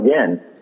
again